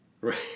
Right